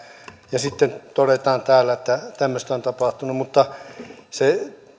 ja sitten todetaan täällä että tämmöistä on tapahtunut mutta jos se